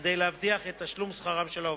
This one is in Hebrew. כדי להבטיח את תשלום שכרם של העובדים.